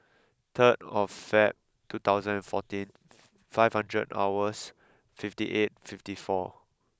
zero of five two thousand fourteen five hundred hours fifty eight fifty four